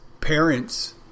parents